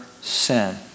sin